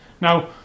now